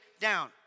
down